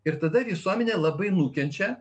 ir tada visuomenė labai nukenčia